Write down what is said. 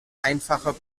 einfache